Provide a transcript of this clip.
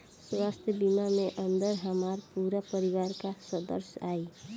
स्वास्थ्य बीमा के अंदर हमार पूरा परिवार का सदस्य आई?